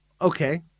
okay